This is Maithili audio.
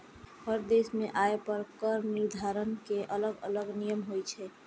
हर देश मे आय पर कर निर्धारण के अलग अलग नियम होइ छै